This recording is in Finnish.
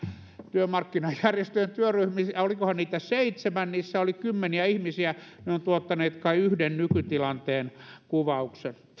työmarkkinajärjestöjen työryhmiin olikohan niitä seitsemän niissä oli kymmeniä ihmisiä ja ne ovat tuottaneet kai yhden nykytilanteen kuvauksen